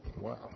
Wow